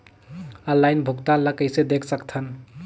Online भुगतान ल कइसे देख सकथन?